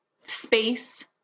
space